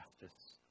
justice